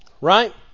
Right